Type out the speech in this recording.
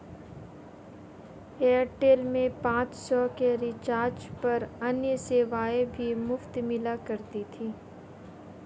Airtel में पाँच सौ के रिचार्ज पर अन्य सेवाएं भी मुफ़्त मिला करती थी